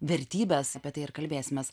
vertybes apie tai ir kalbėsimės